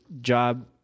job